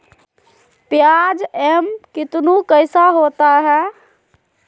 प्याज एम कितनु कैसा होता है?